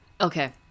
Okay